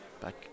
Back